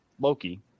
Loki